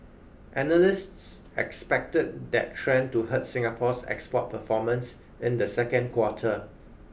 analysts expected that trend to hurt Singapore's export performance in the second quarter